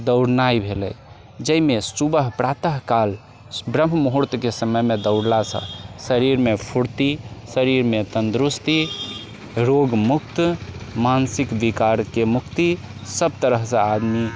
दौड़नाइ भेलै जाहिमे सुबह प्रातःकाल ब्रह्म मुहूर्तके समयमे दौड़लासँ शरीरमे फुर्ती शरीरमे तंदरूस्ति रोग मुक्त मानसिक विकारके मुक्ति सब तरहसँ आदमी